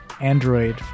android